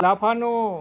লাফানো